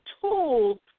tools